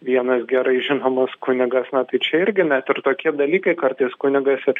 vienas gerai žinomas kunigas na tai čia irgi net ir tokie dalykai kartais kunigas ir